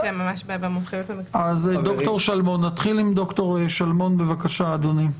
דוקטור שלמון, בבקשה אדוני.